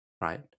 right